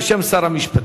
בשם שר המשפטים.